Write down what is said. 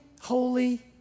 holy